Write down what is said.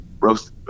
roast